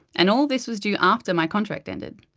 and all of this was due after my contract ended.